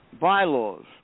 bylaws